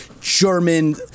German